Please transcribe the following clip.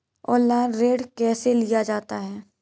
Online ऋण कैसे लिया जाता है?